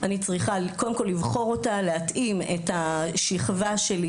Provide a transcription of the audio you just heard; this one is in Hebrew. אני צריכה קודם כול לבחור אותה ולהתאים את השכבה שלי,